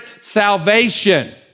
salvation